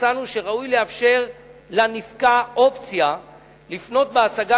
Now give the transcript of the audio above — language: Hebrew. מצאנו שראוי לאפשר לנפקע אופציה לפנות בהשגה